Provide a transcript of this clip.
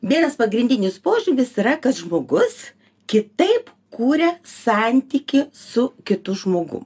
vienas pagrindinis požymis yra kad žmogus kitaip kuria santykį su kitu žmogumi